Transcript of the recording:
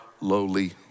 lowly